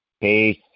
Peace